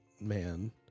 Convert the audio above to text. man